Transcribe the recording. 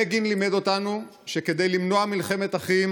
בגין לימד אותנו שכדי למנוע מלחמת אחים